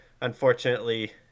unfortunately